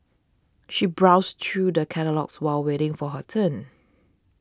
she browsed through the catalogues while waiting for her turn